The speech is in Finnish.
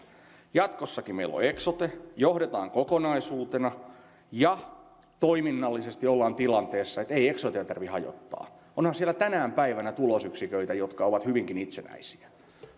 jatkossakin meillä on eksote johdetaan kokonaisuutena ja toiminnallisesti ollaan tilanteessa että ei eksotea tarvitse hajottaa onhan siellä tänäkin päivänä tulosyksiköitä jotka ovat hyvinkin itsenäisiä